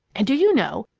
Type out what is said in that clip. and do you know,